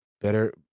Better